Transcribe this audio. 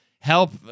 Help